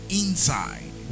inside